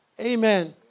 amen